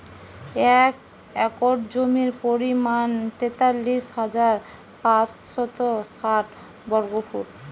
এক একর জমির পরিমাণ তেতাল্লিশ হাজার পাঁচশত ষাট বর্গফুট